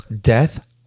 death